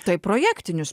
tai projektinius